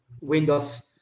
windows